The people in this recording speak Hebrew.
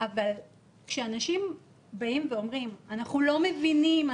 אבל כשאנשים אומרים: אנחנו לא מבינים,